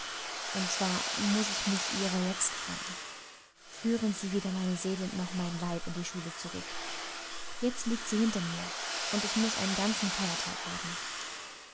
und zwar muß ich mich ihrer jetzt freuen führen sie weder meine seele noch meinen leib in die schule zurück jetzt liegt sie hinter mir und ich muß einen ganzen feiertag haben